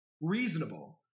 reasonable